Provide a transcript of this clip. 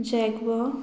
jaguar